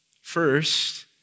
First